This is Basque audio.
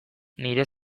nire